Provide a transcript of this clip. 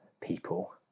people